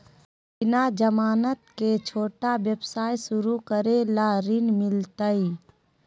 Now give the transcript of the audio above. बिना जमानत के, छोटा व्यवसाय शुरू करे ला ऋण मिलतई?